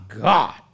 God